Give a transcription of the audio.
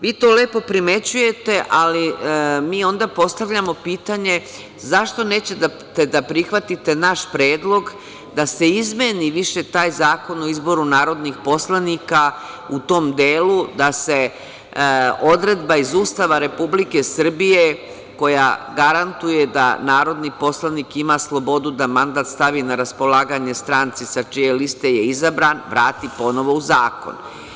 Vi to lepo primećujete, ali mi postavljamo pitanje – zašto nećete da prihvatite naš predlog da se izmeni taj Zakon o izboru narodnih poslanika u tom delu, da se odredba iz Ustava Republike Srbije, koja garantuje da narodni poslanik ima slobodu da mandat stavi na raspolaganje stranci sa čije liste je izabran, vrati ponovo u zakon?